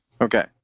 Okay